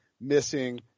missing